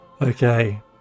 Okay